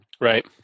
Right